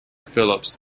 phillips